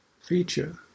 feature